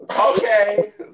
Okay